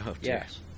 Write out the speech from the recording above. Yes